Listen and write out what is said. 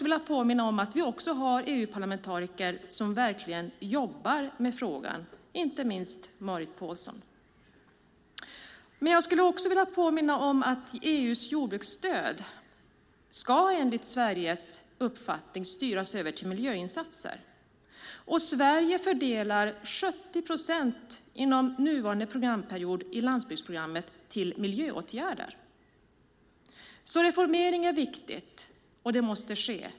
Vi har EU-parlamentariker som jobbar med frågan, inte minst Marit Paulsen. EU:s jordbruksstöd ska enligt Sveriges uppfattning styras över till miljöinsatser. Sverige fördelar 70 procent inom nuvarande programperiod i landsbygdsprogrammet till miljöåtgärder. Reformering är viktigt och måste ske.